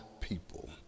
people